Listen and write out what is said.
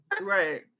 Right